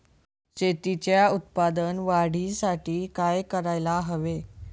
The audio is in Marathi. शेतीच्या उत्पादन वाढीसाठी काय करायला हवे?